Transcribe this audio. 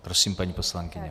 Prosím, paní poslankyně.